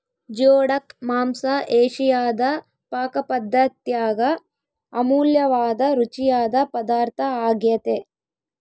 geoduck ಮಾಂಸ ಏಷಿಯಾದ ಪಾಕಪದ್ದತ್ಯಾಗ ಅಮೂಲ್ಯವಾದ ರುಚಿಯಾದ ಪದಾರ್ಥ ಆಗ್ಯೆತೆ